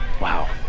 wow